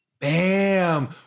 Bam